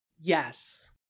Yes